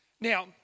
Now